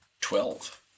Twelve